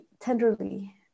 tenderly